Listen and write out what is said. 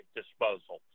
disposal